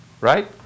Right